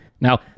Now